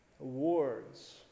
awards